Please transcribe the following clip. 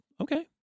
okay